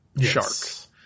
sharks